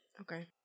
Okay